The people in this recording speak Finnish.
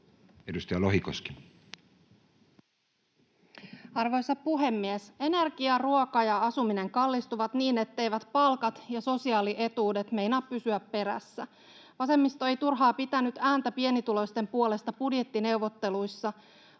Edustaja Lohikoski. Arvoisa puhemies! Energia, ruoka ja asuminen kallistuvat niin, etteivät palkat ja sosiaalietuudet meinaa pysyä perässä. Vasemmisto ei turhaan pitänyt ääntä pienituloisten puolesta budjettineuvotteluissa.